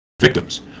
victims